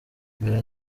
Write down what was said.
mbere